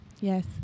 Yes